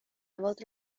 مواد